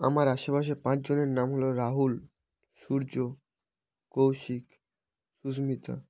আমার আশেপাশে পাঁচজনের নাম হলো রাহুল সূর্য কৌশিক সুস্মিতা